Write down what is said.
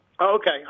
Okay